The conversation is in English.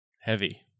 Heavy